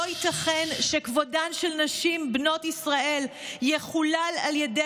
לא ייתכן שכבודן של נשים בנות ישראל יחולל על ידי